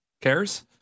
cares